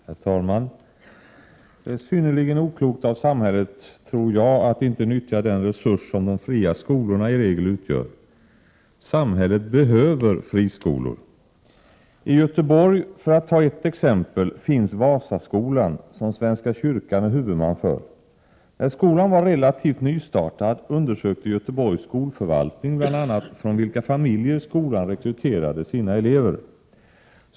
Herr talman! Det är synnerligen oklokt av samhället att inte nyttja den resurs som de fria skolorna i regel utgör. Samhället behöver friskolor. I Göteborg, för att ta ett exempel, finns Vasaskolan, som Svenska kyrkan är huvudman för. När skolan var relativt nystartad undersökte Göteborgs skolförvaltning bl.a. från vilka familjer skolan rekryterade sina elever.